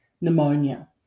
pneumonia